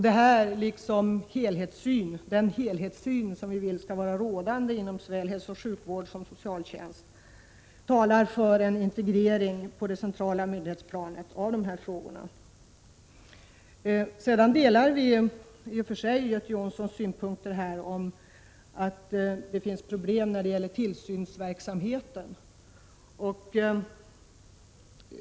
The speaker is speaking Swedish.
Den helhetssyn som vi vill skall råda inom såväl hälsooch sjukvård som socialtjänst talar för en integrering på centralt myndighetsplan av dessa frågor. Vi delar i och för sig Göte Jonssons synpunkter på de problem som finns när det gäller tillsynsverksamheten.